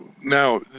Now